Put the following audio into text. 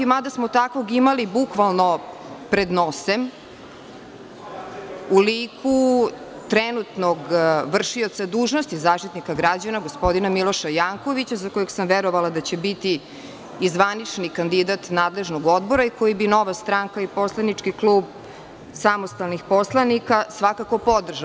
Mada, takvog smo imali bukvalno pred nosem u liku trenutnog vršioca dužnosti Zaštitnika građana, gospodina Miloša Jankovića, za kojeg sam verovala da će biti i zvanični kandidat nadležnog odbora i kojeg bi Nova stranka i Poslanički klub samostalnih poslanika svakako podržao.